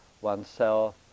oneself